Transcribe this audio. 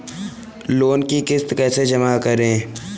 Loan की किश्त कैसे जमा करें?